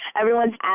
everyone's